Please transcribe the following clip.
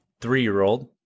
three-year-old